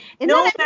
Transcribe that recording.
No